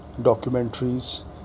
documentaries